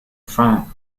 france